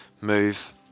Move